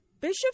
Bishop